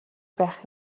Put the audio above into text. байх